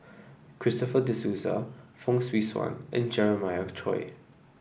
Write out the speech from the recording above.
Christopher De Souza Fong Swee Suan and Jeremiah Choy